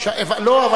לא,